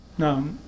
No